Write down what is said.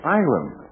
island